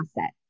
asset